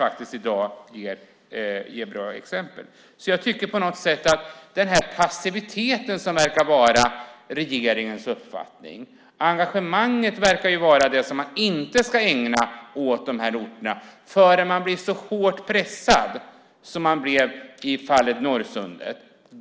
Jag tycker att det är passivitet som verkar prägla regeringens uppfattning. Engagemanget verkar vara att man inte ska ägna sig åt de här orterna förrän man blir så hårt pressad som man blev i fallet Norrsundet.